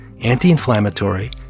anti-inflammatory